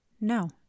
No